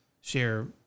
share